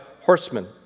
horsemen